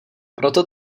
proto